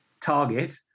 target